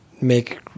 make